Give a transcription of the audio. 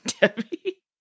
Debbie